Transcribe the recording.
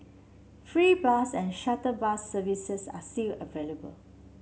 free bus and shuttle bus services are still available